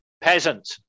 peasant